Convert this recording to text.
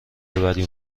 ببری